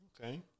Okay